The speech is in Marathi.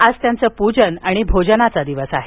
आज त्यांचं पूजन आणि भोजनाचा दिवस आहे